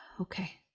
Okay